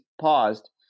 paused